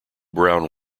brown